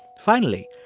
finally,